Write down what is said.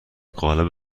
قالب